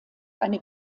eine